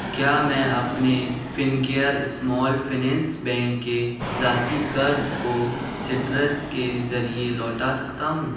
کیا میں اپنے فنکیئر اسمال فینانس بینک کے ذاتی قرض کو سٹرس کے ذریعے لوٹا سکتا ہوں